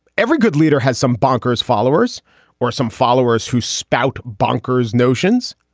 every good leader has some bonkers followers or some followers who spout bonkers notions